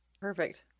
Perfect